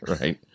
Right